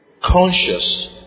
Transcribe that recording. conscious